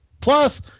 Plus